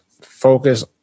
focus